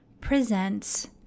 presents